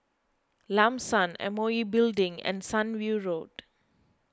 Lam San M O E Building and Sunview Road